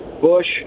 Bush